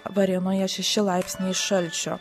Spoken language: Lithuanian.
varėnoje šeši laipsniai šalčio